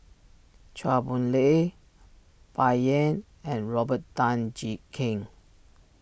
Chua Boon Lay Bai Yan and Robert Tan Jee Keng